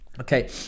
Okay